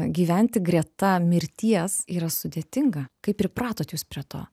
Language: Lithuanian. gyventi greta mirties yra sudėtinga kaip pripratot jūs prie to